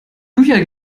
bücher